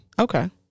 Okay